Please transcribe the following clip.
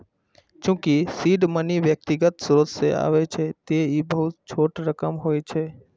चूंकि seed money व्यक्तिगत स्रोत सं आबै छै, तें ई बहुत छोट रकम होइ छै